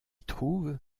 trouve